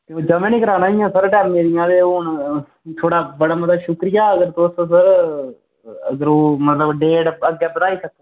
ज'मा नी करान होइयां सर टैमां दियां ते हून थुआढ़ा बड़ा मता बड़ा शुक्रिया अगर तुस सर अगर ओह् मतलब डेट अग्गें बधाई सकदे